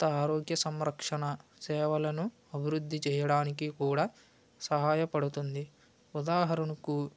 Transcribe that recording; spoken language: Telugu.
కొత్త ఆరోగ్య సంరక్షణ సేవలను అభివృద్ధి చేయడానికి కూడా సహాయపడుతుంది ఉదాహరణకు